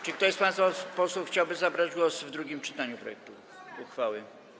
Czy ktoś z państwa posłów chciałby zabrać głos w drugim czytaniu projektu uchwały.